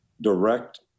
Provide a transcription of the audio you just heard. direct